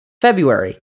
February